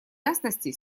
ясности